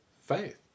faith